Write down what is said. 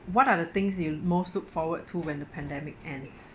what are the things you most look forward to when the pandemic ends